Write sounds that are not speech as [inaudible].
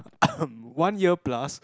[coughs] one year plus